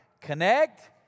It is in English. connect